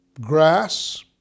grass